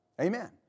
Amen